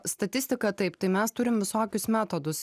statistika taip tai mes turim visokius metodus